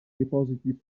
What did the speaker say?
depositi